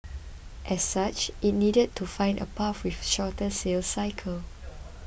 as such it needed to find a path with a shorter sales cycle